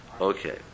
Okay